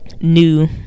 new